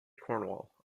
cornwall